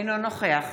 אינו נוכח